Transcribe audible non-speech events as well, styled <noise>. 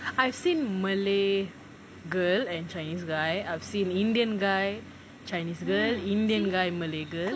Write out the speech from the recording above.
<breath> I've seen malay girl and chinese guy I've seen indian guy chinese girl indian guy malay girl